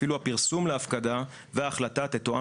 אפילו הפרסום להפקדה וההחלטה תתואם